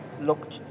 looked